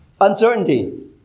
Uncertainty